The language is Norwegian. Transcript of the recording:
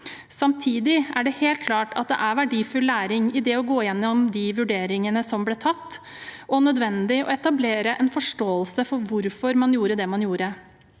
Samtidig er det helt klart at det er verdifull læring i det å gå gjennom de vurderingene som ble tatt, og nødvendig å etablere en forståelse for hvorfor man gjorde det man gjorde.